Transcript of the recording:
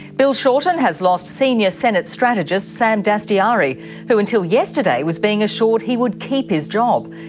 bill shorten has lost senior senate strategist sam dastyari who until yesterday was being assured he would keep his job.